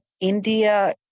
India